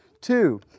Two